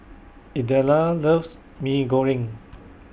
Idella loves Mee Goreng